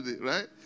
right